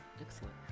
Excellent